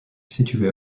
situé